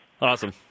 Awesome